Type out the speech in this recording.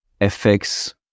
fx